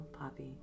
Poppy